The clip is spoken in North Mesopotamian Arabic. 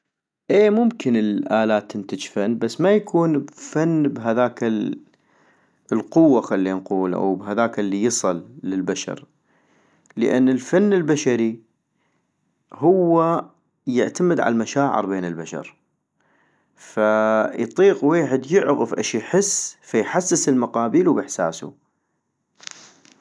اي ممكن الالات تنتج فن، بس ما يكون فن بهذاك القوة خلي نقول او بهذاك الي يصل للبشر، لان الفن البشري هو يعتمد عالمشاعر بين البشر - فاايطيق ويحد يعغف اش يحس فيحسس المقابيلو باحساسو